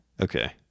okay